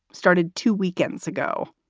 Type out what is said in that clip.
started two weekends ago.